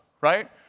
right